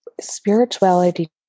spirituality